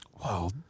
Wow